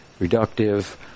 reductive